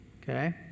Okay